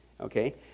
Okay